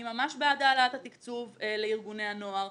אני ממש בעד העלאת התקצוב לארגוני הנוער,